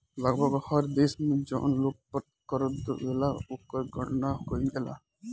लगभग हर देश में जौन लोग कर देवेला ओकर गणना कईल जाला